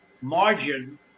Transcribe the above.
margin